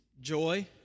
joy